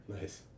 Nice